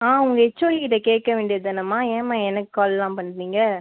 ஆ உங்கள் ஹெச்ஓடி கிட்ட கேட்க வேண்டிய தானம்மா ஏம்மா எனக்கு கால்லாம் பண்ணுறீங்க